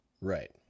Right